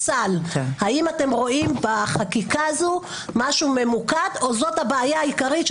האם אתם רואים בחקיקה הזו משהו ממוקד או זאת הבעיה העיקרית,